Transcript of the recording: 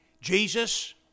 Jesus